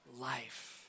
Life